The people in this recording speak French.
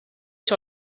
sur